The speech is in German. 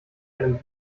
einem